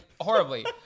Horribly